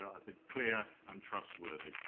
i think, clear and trustworthy.